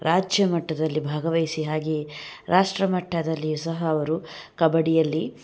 ರಾಜ್ಯ ಮಟ್ಟದಲ್ಲಿ ಭಾಗವಹಿಸಿ ಹಾಗೆಯೆ ರಾಷ್ಟ್ರ ಮಟ್ಟದಲ್ಲಿಯೂ ಸಹ ಅವರು ಕಬಡ್ಡಿಯಲ್ಲಿ